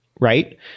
right